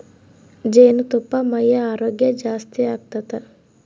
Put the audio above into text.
ಜೇನುತುಪ್ಪಾ ಮೈಯ ಆರೋಗ್ಯ ಜಾಸ್ತಿ ಆತತೆ